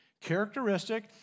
characteristic